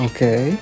Okay